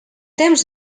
temps